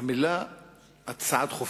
המלה "הצעה דחופה"